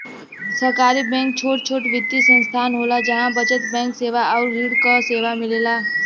सहकारी बैंक छोट छोट वित्तीय संस्थान होला जहा बचत बैंक सेवा आउर ऋण क सेवा मिलेला